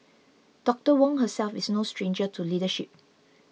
Doctor Wong herself is no stranger to leadership